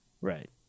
right